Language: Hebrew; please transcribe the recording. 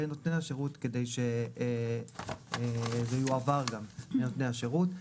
נותני השירות כדי שזה גם יועבר לנותני השירות.